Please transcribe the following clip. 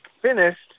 finished